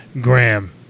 Graham